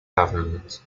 government